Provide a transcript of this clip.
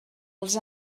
els